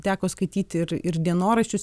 teko skaityti ir ir dienoraščius